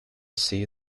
see